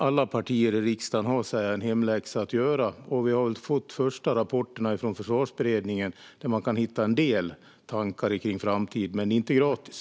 Alla partier i riksdagen har en hemläxa att göra, och i de första rapporterna från Försvarsberedningen kan vi hitta en del tankar om framtiden. Men det är inte gratis.